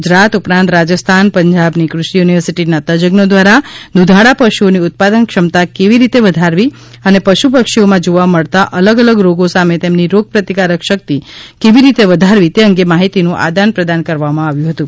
ગુજરાત ઉપરાંત રાજસ્થાન પંજાબની કૃષિ યુનિના તજજ્ઞો દ્વારા દુધાળા પશુઓની ઉત્પાદન ક્ષમતા કેવી રીતે વધારવી અને પશુ પક્ષીઓમાં જોવા મળત અલગ અલગ રોગો સામે તેમની રોગ પ્રતિકારક શક્તિ કેવી રીતે વધારવી તે અંગે માહિતીનું આદાન પ્રદાન કરવામાં આવ્યું હતું